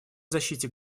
защите